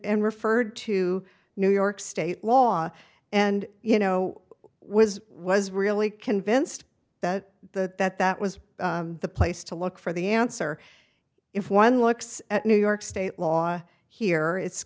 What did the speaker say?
referred to new york state law and you know was was really convinced that the that that was the place to look for the answer if one looks at new york state law here it's